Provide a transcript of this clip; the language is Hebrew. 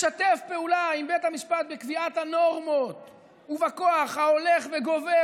משתף פעולה עם בית המשפט בקביעת הנורמות ובכוח ההולך וגובר